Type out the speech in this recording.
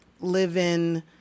live-in